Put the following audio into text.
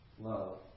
love